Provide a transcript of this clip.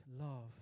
love